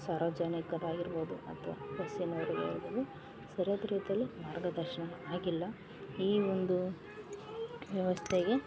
ಸಾರ್ವಜನಿಕರಾಗಿರ್ಬೌದು ಅಥ್ವ ಬಸ್ಸಿನವ್ರಿಗೆ ಸರಿಯಾದ ರೀತಿಯಲ್ಲಿ ಮಾರ್ಗದರ್ಶನ ಆಗಿಲ್ಲ ಈ ಒಂದು ವ್ಯವಸ್ಥೆಗೆ